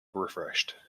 refreshed